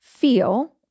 Feel